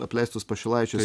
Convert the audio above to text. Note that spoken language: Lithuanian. apleistus pašilaičius